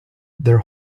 their